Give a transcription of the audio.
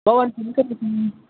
भवान् किं करोति